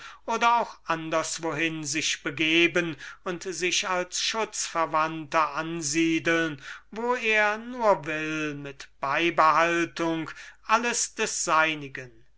oder auch anderswohin sich begeben und sich als schutzverwandter ansiedeln wo er nur will mit beibehaltung alles des seinigen